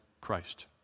Christ